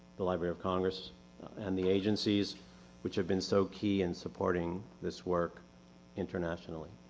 the library of congress and the agencies which have been so key in supporting this work internationally.